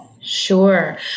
Sure